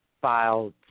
filed –